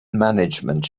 management